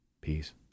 peace